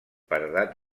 paredat